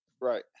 right